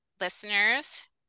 listeners